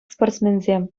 спортсменсем